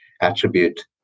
attribute